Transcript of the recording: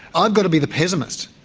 i've got to be the pessimist.